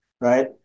Right